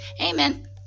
Amen